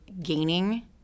gaining